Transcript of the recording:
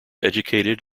educated